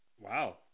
Wow